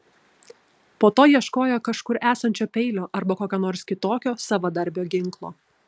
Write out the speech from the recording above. po to ieškojo kažkur esančio peilio arba kokio nors kitokio savadarbio ginklo